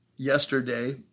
yesterday